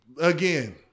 again